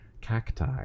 cacti